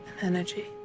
energy